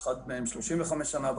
אחד מהם 35 שנה,